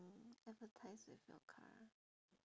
mm advertise with your car